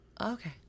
Okay